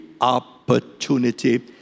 opportunity